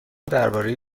درباره